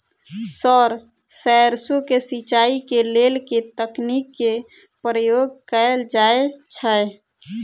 Sir सैरसो केँ सिचाई केँ लेल केँ तकनीक केँ प्रयोग कैल जाएँ छैय?